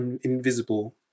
invisible